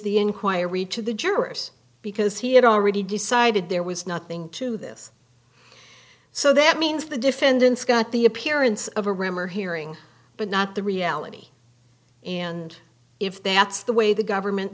the inquiry to the jurors because he had already decided there was nothing to this so that means the defendant's got the appearance of a rumor hearing but not the reality and if that's the way the government